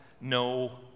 no